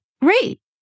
Great